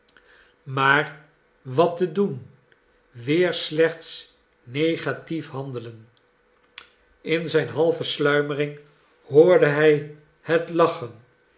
maar wat te doen weer slechts negatief handelen in zijn halve sluimering hoorde hij het lachen